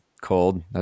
cold